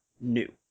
new